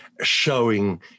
showing